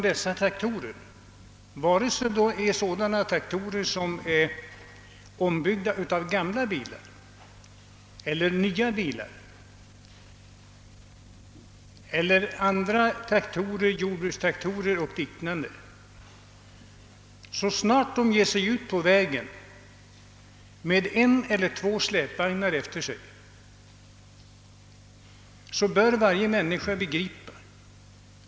Dessa traktorer — vare sig det är fråga om traktorer som är ombyggda av gamla bilar, jordbrukstraktorer eller liknande — är farliga ur trafiksäkerhetssynpunkt så snart de kommer ut på vägarna med en eller två släpvagnar efter sig. Det bör varje människa begripa.